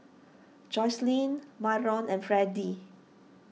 Jocelynn Myron and Freddy